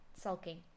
sulking